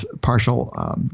partial